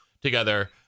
together